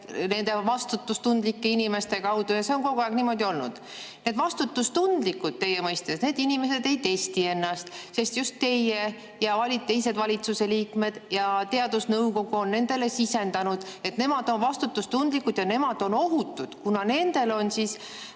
nende vastutustundlike inimeste kaudu, see on kogu aeg nii olnud. Need teie mõistes vastutustundlikud inimesed ei testi ennast, sest just teie ja teised valitsuse liikmed ning teadusnõukoda on nendele sisendanud, et nemad on vastutustundlikud ja nemad on ohutud, kuna nendel on